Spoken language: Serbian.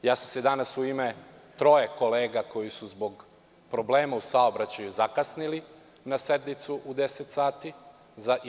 Danas sam se izvinio u ime troje kolega koji su zbog problema u saobraćaju zakasnili na sednicu u 10,00 časova.